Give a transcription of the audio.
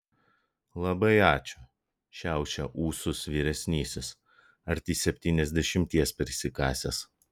labai ačiū šiaušia ūsus vyresnysis arti septyniasdešimties prisikasęs